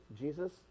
jesus